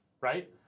right